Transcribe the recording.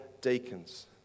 deacons